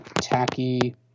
tacky